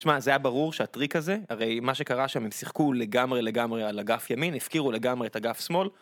תשמע, זה היה ברור שהטריק הזה, הרי מה שקרה שם הם שיחקו לגמרי לגמרי על אגף ימין, הפקירו לגמרי את אגף שמאל.